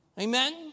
Amen